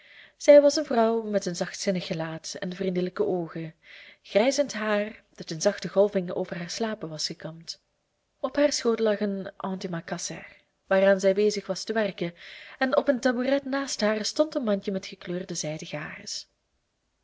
zij was een vrouw met een zachtzinnig gelaat en vriendelijke oogen grijzend haar dat in zachte golvingen over haar slapen was gekamd op haar schoot lag een antimacasser waaraan zij bezig was te werken en op een tabouret naast haar stond een mandje met gekleurde zijden